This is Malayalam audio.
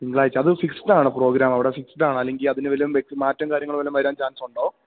തിങ്കളാഴ്ച അത് ഫിക്സ്ഡാണോ പ്രോഗ്രാമ് അവിടെ ഫിക്സ്ഡാണോ അല്ലെങ്കി അതിന് വല്ല വ്യ മാറ്റം കാര്യങ്ങളും വല്ലോം വരാൻ ചാൻസൊണ്ടോ